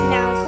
Now